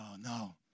no